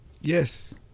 Yes